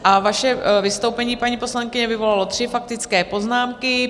A vaše vystoupení, paní poslankyně, vyvolalo tři faktické poznámky.